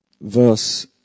verse